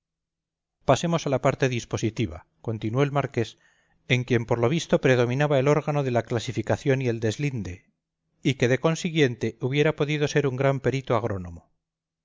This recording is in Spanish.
pasemos a la parte dispositiva continuó el marqués en quien por lo visto predominaba el órgano de la clasificación y el deslinde y que de consiguiente hubiera podido ser un gran perito agrónomo